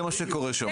זה מה שקורה שם.